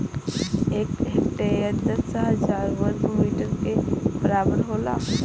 एक हेक्टेयर दस हजार वर्ग मीटर के बराबर होला